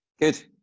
Good